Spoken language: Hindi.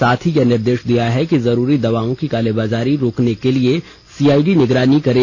साथ ही यह निर्देष दिया है कि जरूरी दवाओं की कालाबाजारी रोकने के लिए सीआइडी निगरानी करे